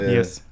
Yes